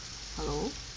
hello